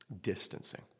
distancing